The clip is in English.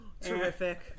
Terrific